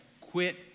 Quit